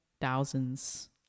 thousands